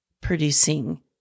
producing